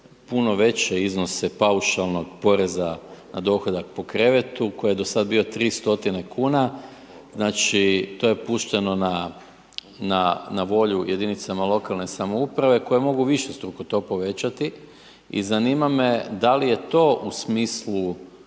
puno veće iznose paušalnog poreza na dohodak po krevetu, koji je do sada bio 300 kuna. Znači to je pušteno na, na volju jedinicama lokalne samouprave, koje mogu višestruko to povećati i zanima me da li je to u smislu,